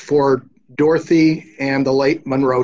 for dorothy and the late monro